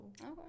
Okay